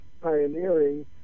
pioneering